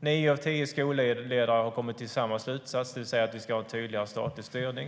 Nio av tio skolledare har kommit till samma slutsats, det vill säga att vi ska ha tydligare statlig styrning.